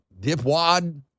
Dipwad